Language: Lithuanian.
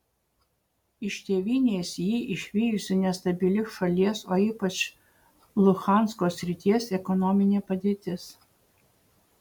iš tėvynės jį išvijusi nestabili šalies o ypač luhansko srities ekonominė padėtis